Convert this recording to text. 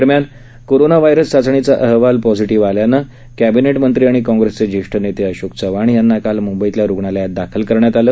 दरम्यान कोरोना चाचणीचा अहवाल पॉजिटीव्ह आल्याम्ळे कॅबिनेट मंत्री आणि कॉग्रेसचे ज्येष्ठ नेते अशोक चव्हाण यांना काल मुंबईतल्या रुग्णालयात दाखल करण्यात आलं